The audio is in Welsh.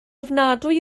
ofnadwy